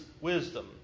wisdom